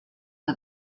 que